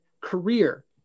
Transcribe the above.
career